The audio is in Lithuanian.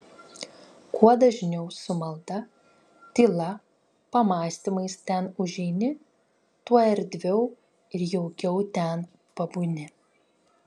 kuo dažniau su malda tyla pamąstymais ten užeini tuo erdviau ir jaukiau ten pabūni